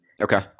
Okay